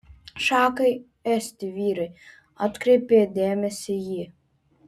šachai esti vyrai atkreipė dėmesį ji